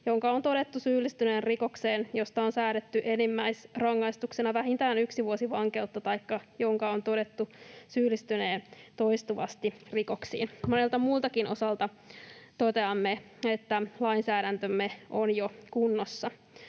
jonka on todettu syyllistyneen rikokseen, josta on säädetty enimmäisrangaistuksena vähintään yksi vuosi vankeutta, taikka jonka on todettu syyllistyneen toistuvasti rikoksiin. Monelta muultakin osalta toteamme, että lainsäädäntömme on jo kunnossa.